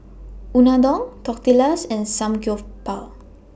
Unadon Tortillas and Samgyeopsal